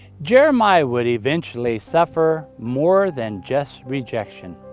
jeremiah would eventually suffer more than just rejection.